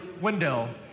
window